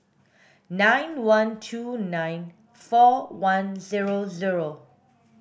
nine one two nine four one zero zero